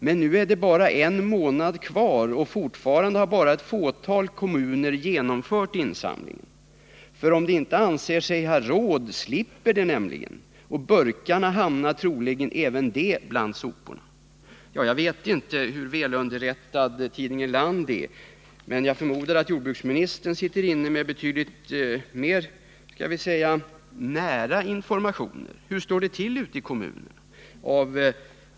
Men nu är det bara en månad kvar och fortfarande har bara ett fåtal kommuner genomfört insamlingen. För om de inte anser sig ha råd slipper de nämligen, och burkarna hamnar troligen även de bland soporna.” Jag vet inte hur väl underrättad tidningen Land är, men jag förmodar att jordbruksministern sitter inne med mera ingående informationer. Hur står det till ute i kommunerna på den här punkten?